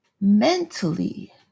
mentally